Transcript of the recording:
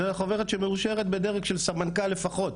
זה חוברת שמאושרת בדרג של סמנכ"ל לפחות,